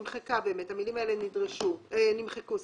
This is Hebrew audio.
נמחקו.